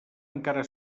encara